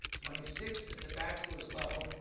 twenty six at the bachelor's level,